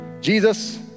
Jesus